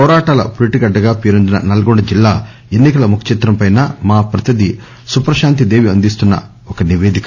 వోరాటాల పురిటగడ్డగా పేరొందిన నల్గొండ జిల్లా ఎన్ని కల ముఖ చిత్రం పై మా ప్రతినిధి సుప్రశాంతి దేవి అందిస్తున్న ఒక నిపేదిక